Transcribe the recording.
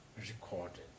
recorded